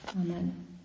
Amen